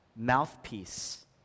mouthpiece